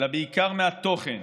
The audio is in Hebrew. אלא בעיקר התוכן.